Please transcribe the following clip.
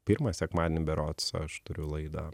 pirmą sekmadienį berods aš turiu laidą